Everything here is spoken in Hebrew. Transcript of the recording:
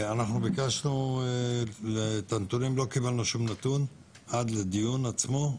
אנחנו ביקשנו את הנתונים ולא קיבלנו שום נתון עד לדיון עצמו.